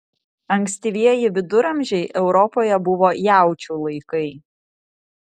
ankstyvieji viduramžiai europoje buvo jaučių laikai